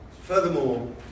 Furthermore